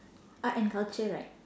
art and culture right